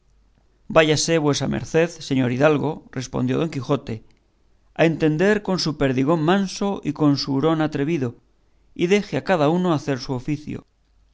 váyase vuesa merced señor hidalgo respondió don quijote a entender con su perdigón manso y con su hurón atrevido y deje a cada uno hacer su oficio